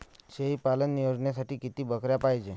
शेळी पालन योजनेसाठी किती बकऱ्या पायजे?